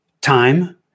time